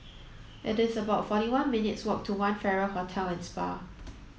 it is about forty one minutes' walk to One Farrer Hotel and Spa